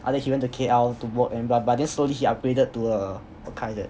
ah then he went to K_L to work and then slowly he upgraded to a Hyundai eh